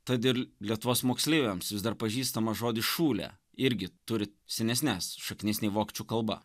tad ir lietuvos moksleiviams vis dar pažįstamas žodis šūlė irgi turi senesnes šaknis nei vokiečių kalba